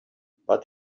but